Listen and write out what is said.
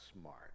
smart